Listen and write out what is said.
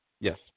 Yes